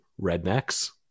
Redneck's